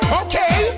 okay